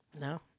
No